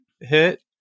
hit